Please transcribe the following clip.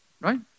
Right